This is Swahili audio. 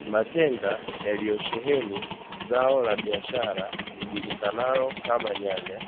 Matenga yaliyosheheni zao la biashara lijulikanalo kama nyanya,